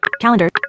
calendar